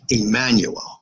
Emmanuel